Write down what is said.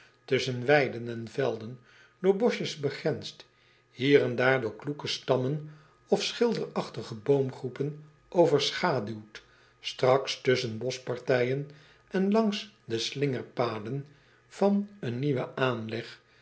usschen weiden en velden door boschjes begrensd hier en daar door kloeke stammen of schilderachtige boomgroepen overschaduwd straks tusschen boschpartijen en langs de slingerpaden van een nieuwen aanleg